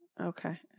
Okay